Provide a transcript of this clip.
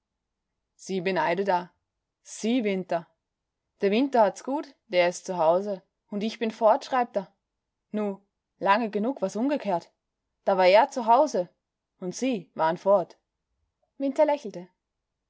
sie beneidet a sie winter der winter hat's gut der is zu hause und ich bin fort schreibt a nu lange genug war's umgekehrt da war er zu hause und sie waren fort winter lächelte